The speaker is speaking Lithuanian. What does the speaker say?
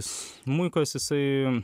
smuikas jisai